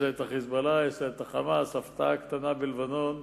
"חיזבאללה", "חמאס", הפתעה קטנה בלבנון,